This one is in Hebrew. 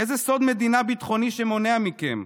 איזה סוד מדינה ביטחוני שמונע מכם?